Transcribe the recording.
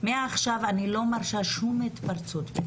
מעכשיו אני לא מרשה שום התפרצות.